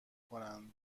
کنند